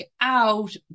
out